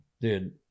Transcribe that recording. Dude